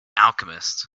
alchemist